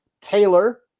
Taylor